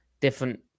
different